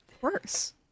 worse